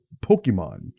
Pokemon